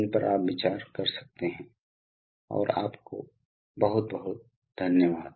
इसलिए आज के लिए आप सभी का बहुत बहुत धन्यवाद